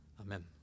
Amen